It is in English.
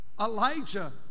elijah